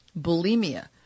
bulimia